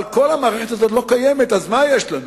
אבל כל המערכת הזאת לא קיימת, אז מה יש לנו?